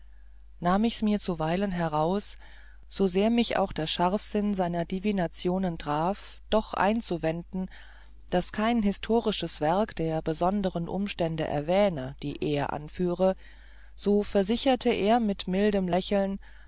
nahm ich's mir zuweilen heraus so sehr mich auch der scharfsinn seiner divinationen traf doch einzuwenden daß kein historisches werk der besonderen umstände erwähne die er anführe so versicherte er mit mildem lächeln